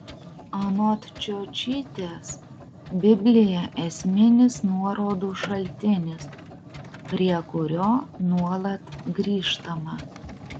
anot čiočytės biblija esminis nuorodų šaltinis prie kurio nuolat grįžtama